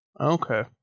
Okay